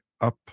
up